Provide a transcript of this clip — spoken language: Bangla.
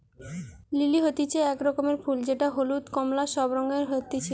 লিলি হতিছে এক রকমের ফুল যেটা হলুদ, কোমলা সব রঙে হতিছে